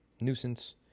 nuisance